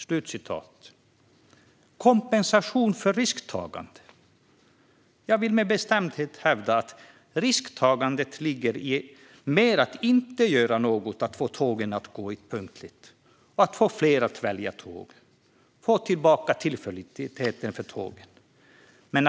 Vad gäller "kompensation för risktagande" vill jag med bestämdhet hävda att risktagandet ligger mer i att inte göra något för att få tågen att gå punktligt, att få fler att välja tåg och att återge tågen tillförlitlighet.